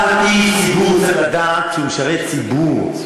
אבל איש ציבור צריך לדעת שהוא משרת ציבור.